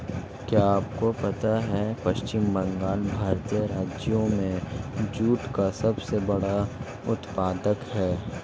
क्या आपको पता है पश्चिम बंगाल भारतीय राज्यों में जूट का सबसे बड़ा उत्पादक है?